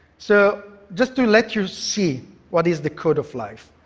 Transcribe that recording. so just to let you see what is the code of life.